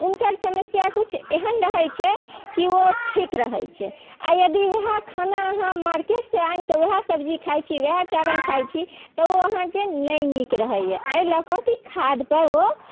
हुनकर समस्या किछु एहन रहैत छै कि ओ ठीक रहैत छै आ यदि इएह खाना अहाँ मार्केट से आनिके ओएह सब्जी खाइत छी ओएह चावल खाइत छी तऽ ओ अहाँकेँ नहि नीक रहैया एहि लऽ के की खाद पर ओ